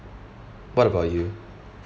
what about you